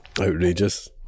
Outrageous